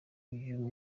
uyu